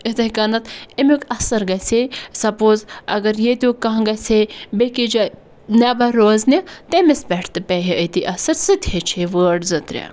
یِتھَے کٔنٮ۪تھ اَمیُک اَثَر گَژھے سَپوز اگر ییٚتیُک کانٛہہ گَژھے بیٚکِس جایہِ نٮ۪بَر روزنہِ تٔمِس پٮ۪ٹھ تہِ پیٚیہِ ہے أتی اَثر سُہ تہِ ہیٚچھِ ہے وٲڈ زٕ ترٛےٚ